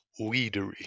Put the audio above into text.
Weedery